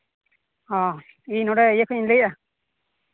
ᱤᱧ ᱱᱚᱸᱰᱮ ᱤᱭᱟᱹ ᱠᱷᱚᱡ ᱤᱧ ᱞᱟᱹᱭᱮᱫᱼᱟ